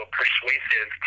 persuasive